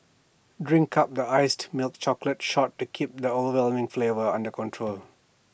drink up the iced milk chocolate shot to keep the overwhelming flavour under control